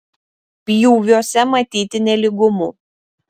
pjūviuose matyti nelygumų